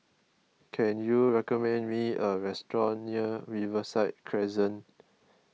can you recommend me a restaurant near Riverside Crescent